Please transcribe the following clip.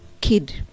kid